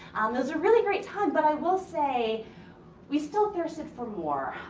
those are really great times but i will say we still thirsted for more.